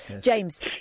James